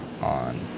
on